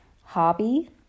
hobby